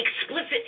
explicit